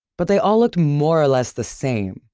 but they all looked more or less the same.